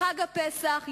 בחג הפסח,